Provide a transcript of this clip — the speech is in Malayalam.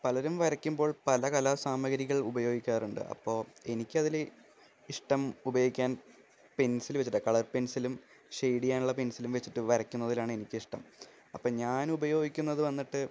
പലരും വരയ്ക്കുമ്പോൾ പല കല സാമഗ്രികൾ ഉപയോഗിക്കാറുണ്ട് അപ്പോൾ എനിക്ക് അതിൽ ഇഷ്ടം ഉപയോഗിക്കാൻ പെൻസിൽ വെച്ചിട്ടാണ് കളർ പെൻസിലും ഷെയിഡിയാനുള്ള പെൻസിലും വെച്ചിട്ട് വരയ്ക്കുന്നതിലാണ് എനിക്കിഷ്ടം അപ്പോൾ ഞാനുപയോഗിക്കുന്നത് വന്നിട്ട്